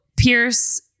Pierce